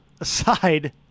aside